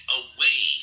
away